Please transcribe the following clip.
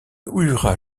hurrah